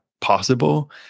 possible